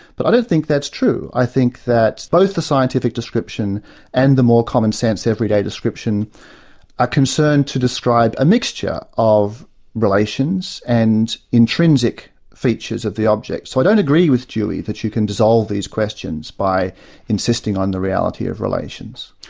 but i don't think that's true, i think that both the scientific description and the more commonsense, everyday description are ah concerned to describe a mixture of relations, and intrinsic features of the object. so i don't agree with dewey that you can dissolve these questions by insisting on the reality of relations.